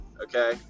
Okay